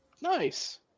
Nice